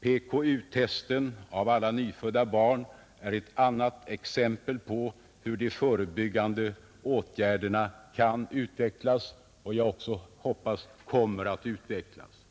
PKU-testen av alla nyfödda barn är ett annat exempel på hur de förebyggande åtgärderna kan utvecklas och även — hoppas jag — kommer att utvecklas.